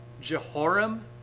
Jehoram